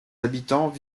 habitants